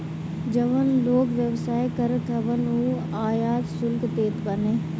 जवन लोग व्यवसाय करत हवन उ आयात शुल्क देत बाने